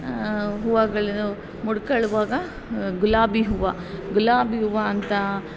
ಹೂವುಗಳು ಮುಡ್ಕೊಳ್ಳುವಾಗ ಗುಲಾಬಿ ಹೂವು ಗುಲಾಬಿ ಹೂವು ಅಂತ